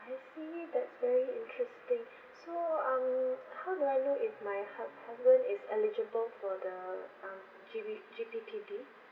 I see that's very interesting so um how do I know if my hu~ husband is eligible for the um G B G_P_P_B